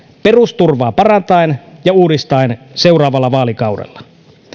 perusturvaa parantaen ja uudistaen seuraavalla vaalikaudella